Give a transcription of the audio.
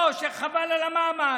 או שחבל על המאמץ,